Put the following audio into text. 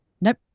Nope